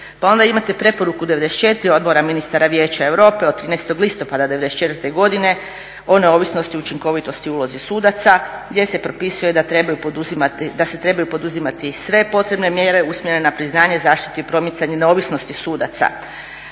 Pa onda preporuku 94 Odbora ministara Vijeća Europe od 13. listopada '94. godine o neovisnosti i učinkovitosti u ulozi sudaca gdje se propisuje da se trebaju poduzimati sve potrebne mjere usmjerene na priznanje, zaštitu i promicanje neovisnosti sudaca,